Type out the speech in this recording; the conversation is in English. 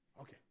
Okay